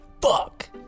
fuck